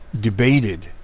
debated